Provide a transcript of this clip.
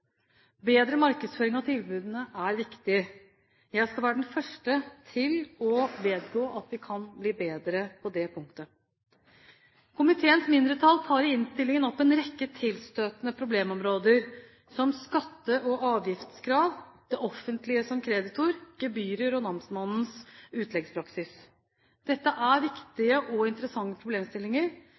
Bedre markedsføring av tilbudene er viktig. Jeg skal være den første til å vedgå at vi kan bli bedre på det punktet. Komiteens mindretall tar i innstillingen opp en rekke tilstøtende problemområder, som skatte- og avgiftskrav, det offentlige som kreditor, gebyrer og namsmannens utleggspraksis. Dette er viktige og interessante problemstillinger,